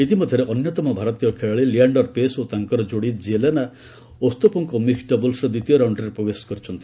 ଇତିମଧ୍ୟରେ ଅନ୍ୟତମ ଭାରତୀୟ ଖେଳାଳି ଲିଆଣ୍ଡର୍ ପେସ୍ ଓ ତାଙ୍କର ଯୋଡ଼ି ଜେଲେନା ଓସ୍ତାପେଙ୍କୋ ମିକ୍କଡ୍ ଡବଲ୍ସ୍ର ଦ୍ୱିତୀୟ ରାଉଣ୍ଡରେ ପ୍ରବେଶ କରିଛନ୍ତି